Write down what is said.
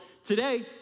Today